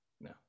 No